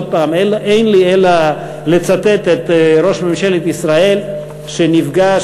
אין לי אלא לצטט את ראש ממשלת ישראל שנפגש